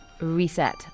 reset